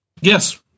Yes